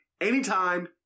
anytime